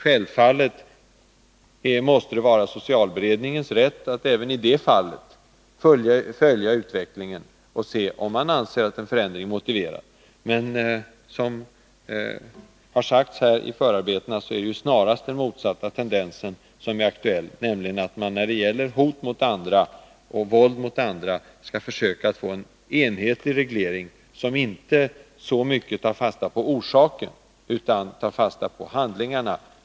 Självfallet måste det vara socialberedningens rätt att även i det fallet följa utvecklingen för att se om en ändring kan vara motiverad. Men som det har sagts i förarbetena är det snarast den motsatta ändringen som är aktuell, nämligen att man när det gäller hot och våld mot andra skall försöka få en enhetlig reglering som inte så mycket tar fasta på orsaken utan mer på handlingarna.